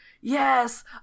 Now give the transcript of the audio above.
yes